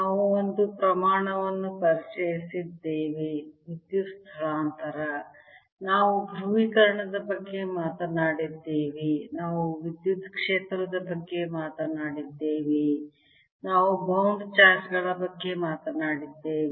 ನಾವು ಒಂದು ಪ್ರಮಾಣವನ್ನು ಪರಿಚಯಿಸಿದ್ದೇವೆ ವಿದ್ಯುತ್ ಸ್ಥಳಾಂತರ ನಾವು ಧ್ರುವೀಕರಣದ ಬಗ್ಗೆ ಮಾತನಾಡಿದ್ದೇವೆ ನಾವು ವಿದ್ಯುತ್ ಕ್ಷೇತ್ರದ ಬಗ್ಗೆ ಮಾತನಾಡಿದ್ದೇವೆ ನಾವು ಬೌಂಡ್ ಚಾರ್ಜ್ ಗಳ ಬಗ್ಗೆ ಮಾತನಾಡಿದ್ದೇವೆ